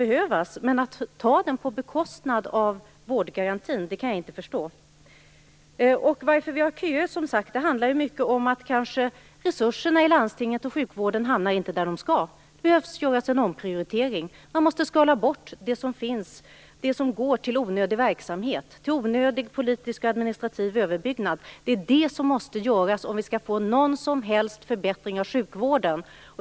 Men att man genomför en sådan på bekostnad av vårdgarantin kan jag inte förstå. Att vi har köer beror kanske i mycket på att resurserna i landstingen och i sjukvården inte hamnar där de borde hamna. Det behöver göras en omprioritering. Man måste skala bort det som går till onödig verksamhet, till onödig politisk och administrativ överbyggnad. Det måste göras, om vi skall få någon som helst förbättring av sjukvården.